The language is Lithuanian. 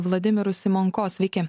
vladimiru simanko sveiki